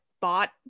bought